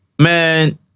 man